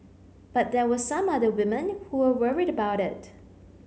but there were some other women who were worried about it